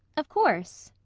of course.